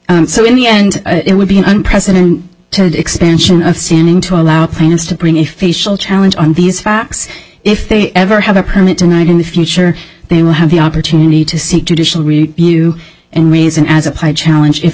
so in the end it would be an on president to expansion of sanding to allow plans to bring a facial challenge on these facts if they ever have a permit to night in the future they will have the opportunity to seek judicial review and raise and as a challenge if